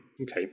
Okay